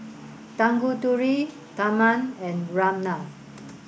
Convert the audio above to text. Tanguturi Tharman and Ramnath